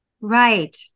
Right